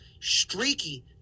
streaky